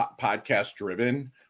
podcast-driven